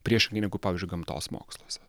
priešingai negu pavyzdžiui gamtos moksluose